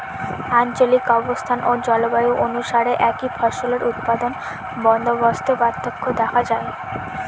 আঞ্চলিক অবস্থান ও জলবায়ু অনুসারে একই ফসলের উৎপাদন বন্দোবস্তে পার্থক্য দেখা যায়